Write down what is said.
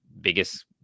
biggest